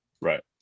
Right